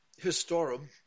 Historum